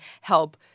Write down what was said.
help